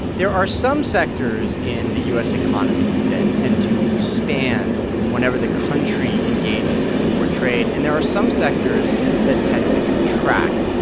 there are some sectors in the u s. economy that tend to expand whenever the country engages in more trade, and there are some sectors that tend to contract.